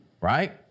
right